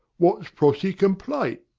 wot's prossy's complaint?